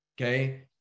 Okay